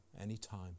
anytime